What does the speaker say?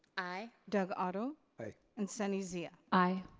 aye. doug otto? aye. and sunny zia? aye.